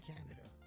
Canada